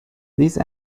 these